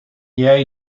jij